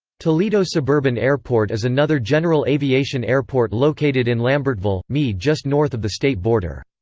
toledo suburban airport is another general aviation airport located in lambertville, mi just north of the state border.